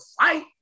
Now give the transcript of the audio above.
fight